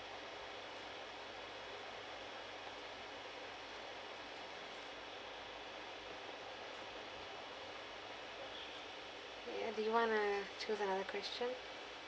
okay uh do you want to choose the question